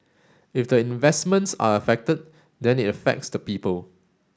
if the investments are affected then it affects the people